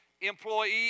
employee